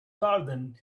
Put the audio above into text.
garden